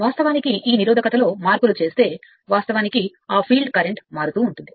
వాస్తవానికి ఈ నిరోధకత లో తేడా ఉంటే వాస్తవానికి ఆ ఫీల్డ్ కరెంట్ అని పిలువబడేది మారుతూ ఉంటుంది